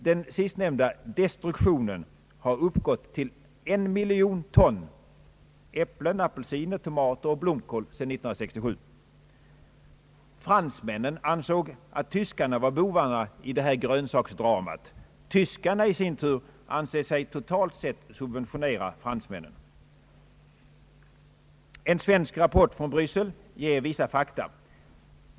Den sistnämnda destruktionen har uppgått till en miljon ton äpplen, apelsiner, tomater och blomkål sedan 1967. Fransmännen ansåg att tyskarna var bovarna i det här grönsaksdramat. Tyskarna i sin tur anser sig totalt sett subventionera fransmännen. En svensk rapport från Bryssel ger vissa fakta.